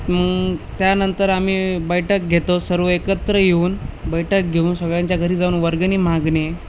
मग त्यानंतर आम्ही बैठक घेतो सर्व एकत्र येऊन बैठक घेऊन सगळ्यांच्या घरी जाऊन वर्गणी मागणे